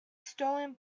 stolen